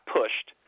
pushed